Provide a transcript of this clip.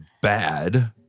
bad